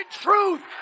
truth